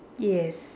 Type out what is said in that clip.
yes